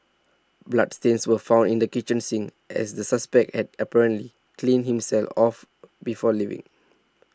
bloodstains were found in the kitchen sink as the suspect had apparently cleaned himself off before leaving